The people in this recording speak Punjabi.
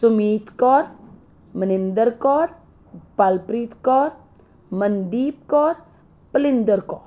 ਸੁਮੀਤ ਕੌਰ ਮਨਿੰਦਰ ਕੌਰ ਬਲਪ੍ਰੀਤ ਕੌਰ ਮਨਦੀਪ ਕੌਰ ਭਲਿੰਦਰ ਕੌਰ